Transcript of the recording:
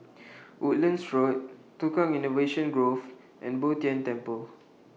Woodlands Road Tukang Innovation Grove and Bo Tien Temple